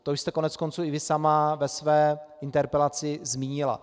To jste koneckonců i vy sama ve své interpelaci zmínila.